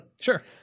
Sure